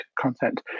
content